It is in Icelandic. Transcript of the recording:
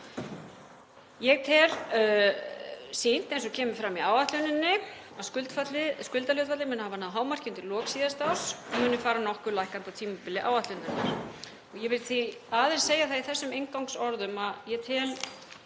Ég tel sýnt, eins og kemur fram í áætluninni, að skuldahlutfallið muni hafa náð hámarki undir lok síðasta árs og muni fara nokkuð lækkandi á tímabili áætlunarinnar. Ég verð því að segja það í þessum inngangsorðum að ég tel